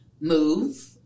move